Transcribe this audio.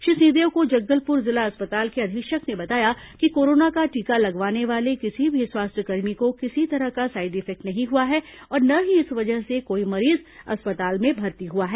श्री सिंहदेव को जगदलपुर जिला अस्पताल के अधीक्षक ने बताया कि कोरोना का टीका लगवाने वाले किसी भी स्वास्थ्यकर्मी को किसी तरह का साइड इफेक्ट नहीं हुआ और न ही इस वजह से कोई मरीज अस्पताल में भर्ती हुआ है